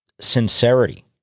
Sincerity